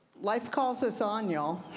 life called so us on, y'all.